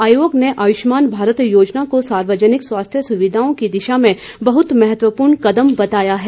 आयोग ने आयुष्मान भारत योजना को सार्वजनिक स्वास्थ्य सुविधाओं की दिशा में बहुत महत्वपूर्ण कदम बताया है